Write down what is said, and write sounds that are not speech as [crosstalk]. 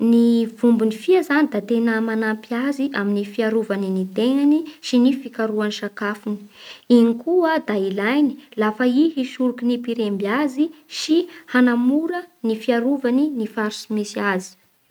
Ny [hesitation] vombonin'ny fia zany da tegna manampy azy amin'ny fiarovany ny tegnany sy ny fikarohany sakafony. Igny koa da ilaigny lafa i hisoriky ny mpiremby azy sy hanamora fiarovany ny faritsy misy azy.